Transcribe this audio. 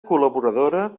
col·laboradora